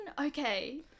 Okay